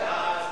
ההצעה להסיר